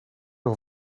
nog